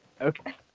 Okay